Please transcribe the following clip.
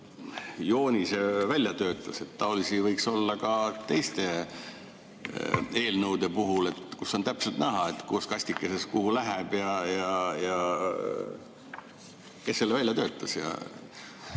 joonise välja töötas? Taolisi võiks olla ka teiste eelnõude puhul, kus on täpselt näha, mis kust kastikesest kuhu läheb. Kes selle välja töötas